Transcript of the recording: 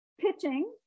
pitching